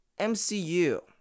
MCU